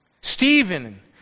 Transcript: Stephen